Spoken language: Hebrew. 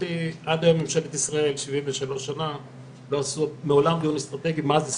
להערכתי עד היום בממשלת ישראל לא עשו מעולם דיון אסטרטגי מה זה ספורט.